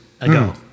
ago